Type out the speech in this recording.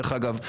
דרך אגב,